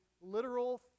literal